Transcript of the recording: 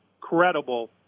credible